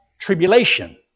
tribulation